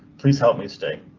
please help me stay.